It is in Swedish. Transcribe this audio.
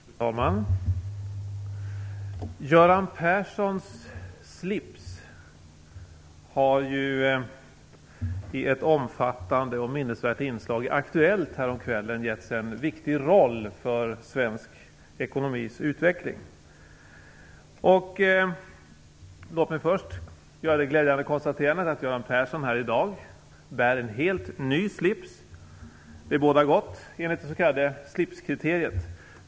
Fru talman! Göran Perssons slips har ju i ett omfattande och minnesvärt inslag i Aktuellt häromkvällen getts en viktig roll i svensk ekonomis utveckling. Låt mig först göra det glädjande konstaterandet att Göran Persson här i dag bär en helt ny slips - det bådar gott, enligt det s.k. slipskriteriet.